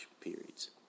periods